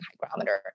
hygrometer